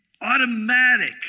automatic